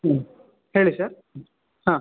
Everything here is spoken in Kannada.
ಹ್ಞೂ ಹೇಳಿ ಸರ್ ಹಾಂ